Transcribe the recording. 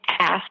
Ask